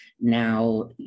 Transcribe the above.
now